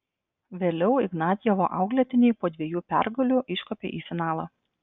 vėliau ignatjevo auklėtiniai po dviejų pergalių iškopė į finalą